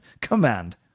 command